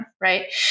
Right